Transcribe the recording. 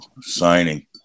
signing